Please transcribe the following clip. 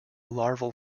larval